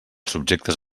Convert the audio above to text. subjectes